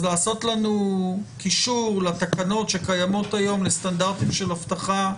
אז לעשות לנו קישור לתקנות שקיימות היום לסטנדרטים של אבטחה.